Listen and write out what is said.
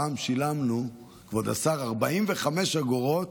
פעם שילמנו 45 אגורות",